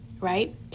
right